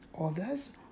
others